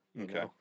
Okay